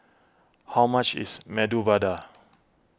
how much is Medu Vada